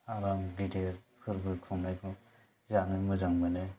आराम गिदिर फोरबो खुंनायखौ जानो मोजां मोनो